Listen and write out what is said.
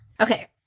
Okay